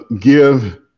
give